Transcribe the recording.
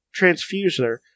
Transfuser